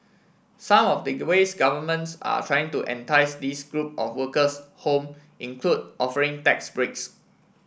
some of ways governments are trying to entice this group of workers home include offering tax breaks